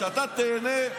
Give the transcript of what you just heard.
אתה תיהנה,